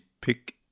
pick